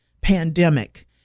pandemic